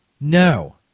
No